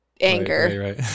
anger